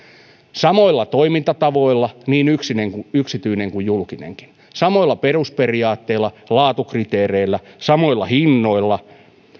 samoilla toimintatavoilla toimivat niin yksityinen kuin julkinenkin samoilla perusperiaatteilla laatukriteereillä samoilla hinnoilla